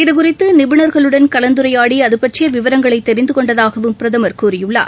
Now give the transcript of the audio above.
இது குறித்துநிபுணர்களுடன் கலந்துரையாடிஅதுபற்றியவிவரங்களைதெரிந்துகொண்டதாகவும் பிரதமர் கூறியுள்ளார்